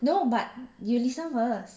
no but you listen first